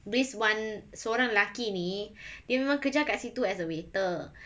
this one seorang lelaki ni dia memang kerja kat situ as a waiter